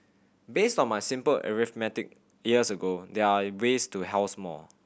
based on my simple arithmetic years ago there are ways to house more